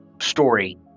story